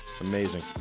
Amazing